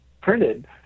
printed